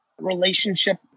relationship